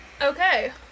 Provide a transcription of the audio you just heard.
Okay